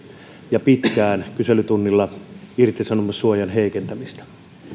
ja pitkään kyselytunnilla irtisanomissuojan heikentämistä